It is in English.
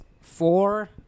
Four